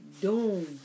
Doom